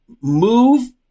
move